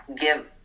give